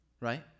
Right